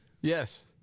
Yes